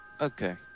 Okay